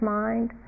mind